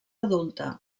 adulta